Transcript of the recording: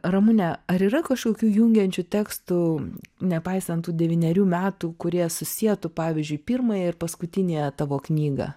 ramune ar yra kažkokių jungiančių tekstų nepaisant tų devynerių metų kurie susietų pavyzdžiui pirmąją ir paskutiniąją tavo knygą